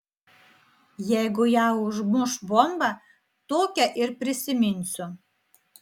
jeigu ją užmuš bomba tokią ir prisiminsiu